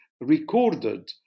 recorded